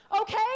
Okay